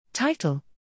Title